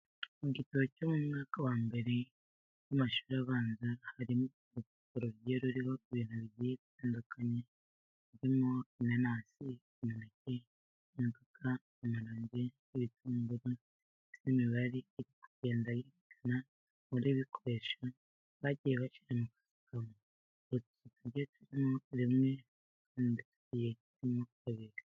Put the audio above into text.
Mu gitabo cyo mu mwaka wa mbere w'amashuri abanza harimo urupapuro rugiye ruriho ibintu bigiye bitandukanye harimo inanasi, umuneke, imodoka, amaronji, ibitunguru ndetse n'imibare iri kugenda yerekana umubare w'ibikoresho bagiye bashyira mu kazu kamwe. Hari utuzu tugiye turimo rimwe, utundi tugiye turimo kabiri.